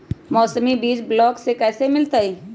मौसमी बीज ब्लॉक से कैसे मिलताई?